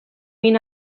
min